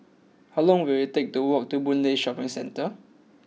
how long will it take to walk to Boon Lay Shopping Centre